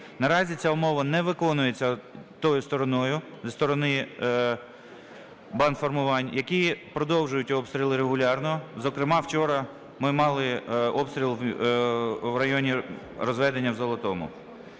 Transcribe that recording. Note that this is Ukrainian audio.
Наразі ця умова не виконується тою стороною зі сторони бандформувань, які продовжують обстріли регулярно. Зокрема вчора ми мали обстріл в районі розведення в Золотому.